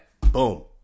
Boom